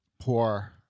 poor